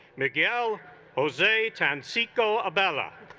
miguel jose conseco abella